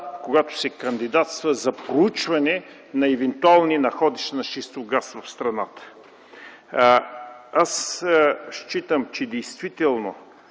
когато се кандидатства за проучване на евентуални находища на шистов газ в страната. Аз считам, че действително